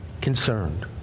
concerned